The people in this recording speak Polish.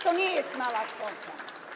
To nie jest mała kwota.